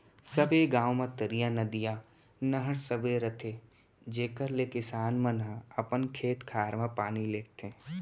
सबे गॉंव म तरिया, नदिया, नहर सबे रथे जेकर ले किसान मन ह अपन खेत खार म पानी लेगथें